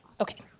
okay